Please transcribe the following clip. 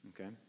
okay